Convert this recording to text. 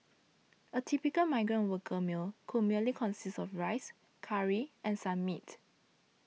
a typical migrant worker meal could merely consist of rice curry and some meat